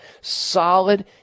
solid